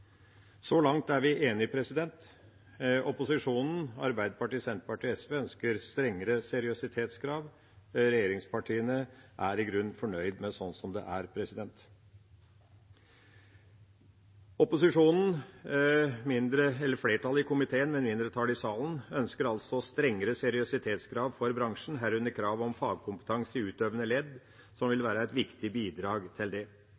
Så langt er vi enige. Arbeiderpartiet, Senterpartiet og SV, ønsker strengere seriøsitetskrav. Regjeringspartiene er i grunnen fornøyd med sånn som det er. Opposisjonen, flertallet i komiteen, men mindretallet i salen, ønsker altså strengere seriøsitetskrav for bransjen, herunder krav om fagkompetanse i utøvende ledd, som vil være et viktig bidrag til det.